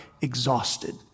exhausted